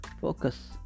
focus